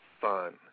fun